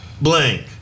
blank